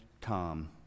Tom